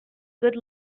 good